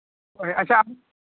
ᱦᱳᱭ ᱟᱪᱪᱷᱟ